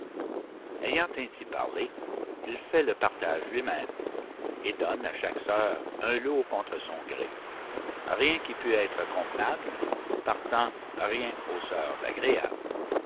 ayant ainsi parlé il fait le partage lui-même et donne à chaque sœur un lot contre son gré rien qui pût être convenable partant rien aux sœurs d'agréable